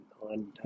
on